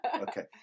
Okay